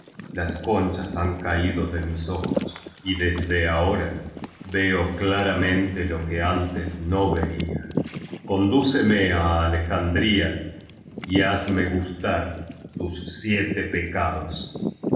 las conchas han caído de mis ojos y desde ahora veo claramente lo que antes no veía condúceme á alejandría y hazme gustar tus siete pecados